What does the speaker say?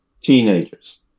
teenagers